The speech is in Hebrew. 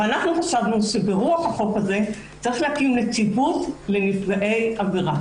חשבנו שברוח החוק הזה צריך להקים נציבות לנפגעי עבירה.